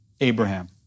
Abraham